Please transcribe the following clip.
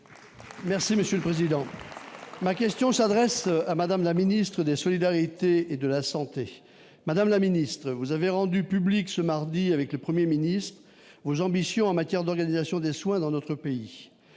Merci monsieur le président. Ma question s'adresse à Madame la ministre des solidarités et de la santé, madame la ministre, vous avez rendu public ce mardi, avec le 1er ministre aux ambitions en matière d'organisation des soins dans notre pays,